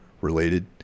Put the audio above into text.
related